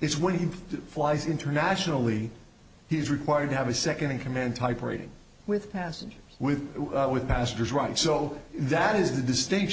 it's when he flies internationally he's required to have a second in command type rating with passengers with with passengers right so that is the distinction